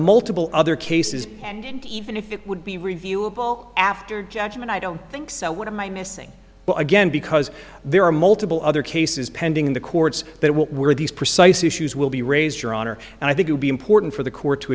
multiple other cases and even if it would be reviewable after judgment i don't think so what am i missing but again because there are multiple other cases pending in the courts that what were these precise issues will be raised your honor and i think would be important for the court to